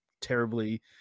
terribly